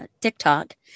TikTok